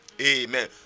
Amen